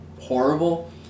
horrible